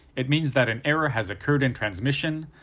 it means that an error has occurred in transmission,